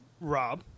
Rob